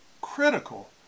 critical